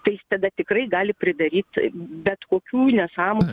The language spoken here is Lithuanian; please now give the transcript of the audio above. tai jis tada tikrai gali pridaryt bet kokių nesąmonių